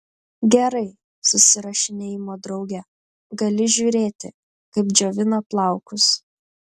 gerai susirašinėjimo drauge gali žiūrėti kaip džiovina plaukus